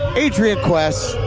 adrian quest,